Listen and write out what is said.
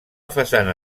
façana